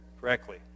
correctly